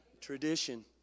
Tradition